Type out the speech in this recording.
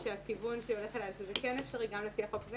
שהכיוון שזה הולך אליו זה שזה כן אפשרי גם לפי החוק,